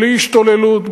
בלי השתוללות,